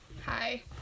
Hi